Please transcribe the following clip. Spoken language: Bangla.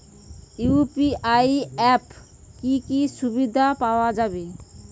ইউ.পি.আই অ্যাপে কি কি সুবিধা পাওয়া যাবে?